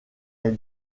est